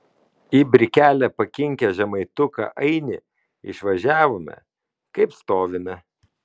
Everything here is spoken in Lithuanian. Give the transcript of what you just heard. į brikelę pakinkę žemaituką ainį išvažiavome kaip stovime